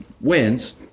wins